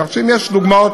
כך שאם יש דוגמאות,